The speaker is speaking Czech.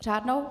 Řádnou?